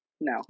No